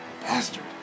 Bastard